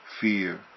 fear